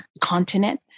continent